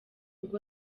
bwo